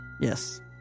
yes